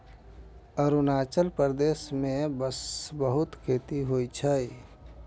अरुणाचल प्रदेश मे बांसक बहुत खेती होइ छै